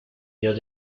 dio